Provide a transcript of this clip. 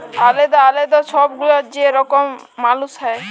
আলেদা আলেদা ছব গুলা যে রকম মালুস হ্যয়